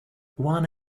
one